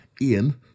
Ian